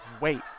wait